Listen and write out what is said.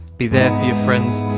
be there for you friends,